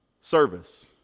Service